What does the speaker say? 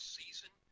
season